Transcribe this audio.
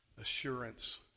assurance